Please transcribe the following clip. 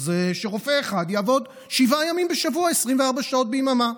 שרופא אחד יעבוד שבעה ימים בשבוע 24 שעות ביממה.